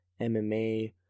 MMA